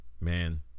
man